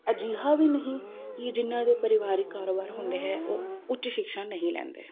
ਅਜਿਹਾ ਵੀ ਨਹੀਂ ਕਿ ਜਿਨ੍ਹਾਂ ਦੇ ਪਰਿਵਾਰਿਕ ਕਾਰੋਬਾਰ ਹੁੰਦੇ ਹੈ ਉਹ ਉੱਚ ਸ਼ਿਕਸ਼ਾ ਨਹੀਂ ਲੈਂਦੇ